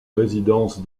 résidence